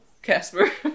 Casper